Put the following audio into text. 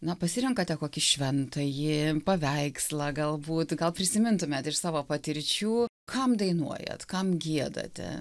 na pasirenkate kokį šventąjį paveikslą galbūt gal prisimintumėt iš savo patirčių kam dainuojat kam giedate